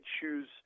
choose